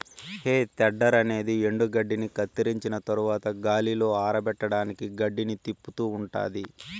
హే tedder అనేది ఎండుగడ్డిని కత్తిరించిన తరవాత గాలిలో ఆరపెట్టడానికి గడ్డిని తిప్పుతూ ఉంటాది